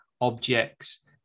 objects